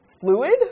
Fluid